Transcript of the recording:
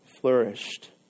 flourished